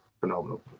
phenomenal